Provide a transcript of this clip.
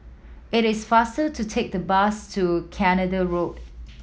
it is faster to take the bus to Canada Road